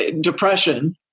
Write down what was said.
depression